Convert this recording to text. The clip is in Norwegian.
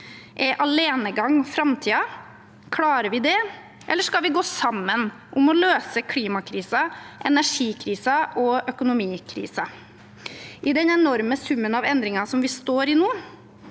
Er alenegang framtiden? Klarer vi det, eller skal vi gå sammen om å løse klimakrisen, energikrisen og økonomikrisen? I den enorme summen av endringer som vi står i nå,